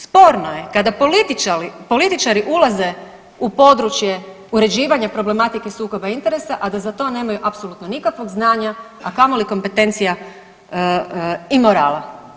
Sporno je kada političari ulaze u područje uređivanja problematike sukoba interesa, a da za to nemaju apsolutno nikakvog znanja, a kamoli kompetencija i morala.